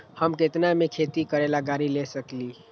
हम केतना में खेती करेला गाड़ी ले सकींले?